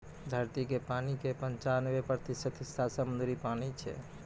धरती के पानी के पंचानवे प्रतिशत हिस्सा समुद्री पानी छै